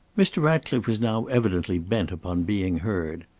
mr. ratcliffe was now evidently bent upon being heard.